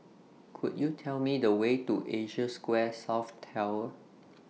Could YOU Tell Me The Way to Asia Square South Tower